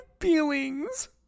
feelings